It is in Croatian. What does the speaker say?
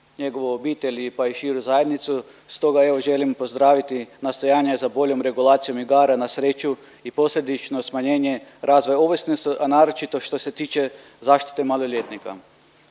njegovu obitelj, pa i širu zajednicu, stoga evo, želim pozdraviti nastojanja za boljom regulacijom igara na sreću i posljedično smanjenje razvoja ovisnosti, a naročito što se tiče zaštite maloljetnika.